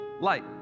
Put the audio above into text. light